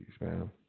man